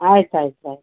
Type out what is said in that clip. ಆಯ್ತು ಆಯ್ತು ಆಯ್ತು